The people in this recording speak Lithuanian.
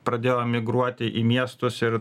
pradėjo migruoti į miestus ir